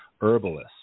herbalists